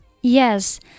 Yes